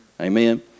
Amen